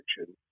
action